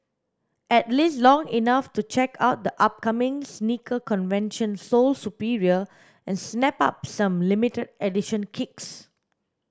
at least long enough to check out the upcoming sneaker convention Sole Superior and snap up some limited edition kicks